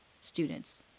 students